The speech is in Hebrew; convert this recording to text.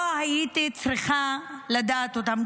לא הייתי צריכה לדעת אותם.